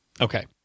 Okay